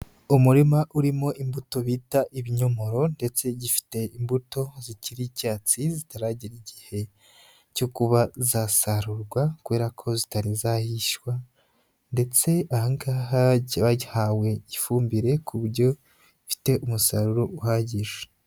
Umurima urimo imbuto bita ibinyomoro, ndetse gifite imbuto zikiri icyatsi zitaragera igihe cyo kuba zasarurwa kubera ko zitari rizahishywa, ndetse ahangaha cyahawe ifumbire ku buryo gifite umusaruro uhagije.